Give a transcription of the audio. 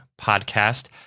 podcast